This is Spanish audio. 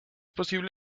posible